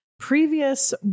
previous